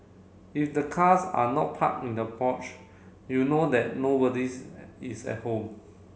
if the cars are not parked in the porch you know that nobody's is at home